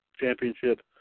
Championship